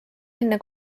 enne